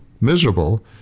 miserable